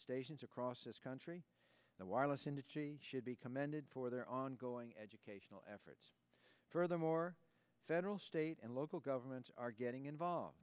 stations across this country the wireless industry should be commended for their ongoing educational efforts furthermore federal state and local governments are getting involved